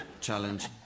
challenge